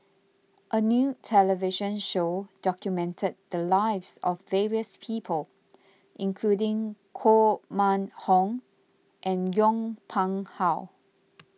a new television show documented the lives of various people including Koh Mun Hong and Yong Pung How